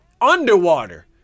Underwater